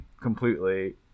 completely